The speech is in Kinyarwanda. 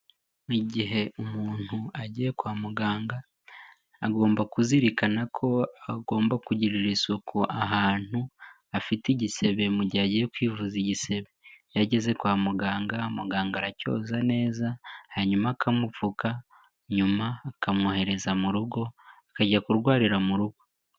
Mu gihe umuntu agiye kwa muganga, agomba kuzirikana ko agomba kugirira isuku ahantu afite igisebe, mu gihe agiye kwivuza igisebe, iyo ageze kwa muganga muganga aracyoza neza, hanyuma akamupfuka, nyuma akamwohereza mu rugo akajya kurwarira mu rugo.